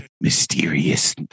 mysterious